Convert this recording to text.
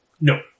No